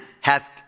hath